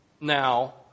now